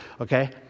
Okay